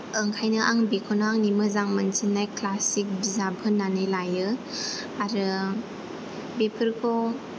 ओंखायनो आं बेखौनो आंनि मोजां मोनसिननाय क्लासिक बिजाब होननानै लायो आरो बेफोरखौ